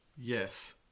Yes